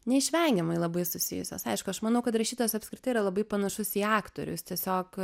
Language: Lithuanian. neišvengiamai labai susijusios aišku aš manau kad rašytojas apskritai yra labai panašus į aktorių jis tiesiog